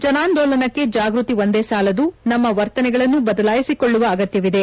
ಜನಾಂದೋಲನಕ್ಕೆ ಜಾಗೃತಿ ಒಂದೇ ಸಾಲದು ನಮ್ಮ ವರ್ತನೆಗಳನ್ನು ಬದಲಾಯಿಸಿಕೊಳ್ಳುವ ಅಗತ್ತವಿದೆ